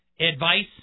advice